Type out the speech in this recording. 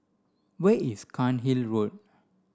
where is Cairnhill Road